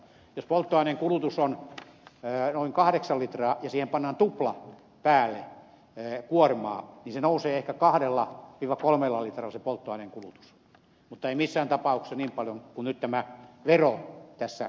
jos polttoaineen kulutus on noin kahdeksan litraa ja siihen pannaan tupla päälle kuormaa niin se nousee ehkä kahdella kolmella litralla se polttoaineen kulutus mutta ei missään tapauksessa niin paljon kuin nyt tämä vero tässä kohoaa